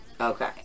Okay